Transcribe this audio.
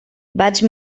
vaig